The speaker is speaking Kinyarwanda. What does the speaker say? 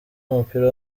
w’umupira